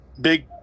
big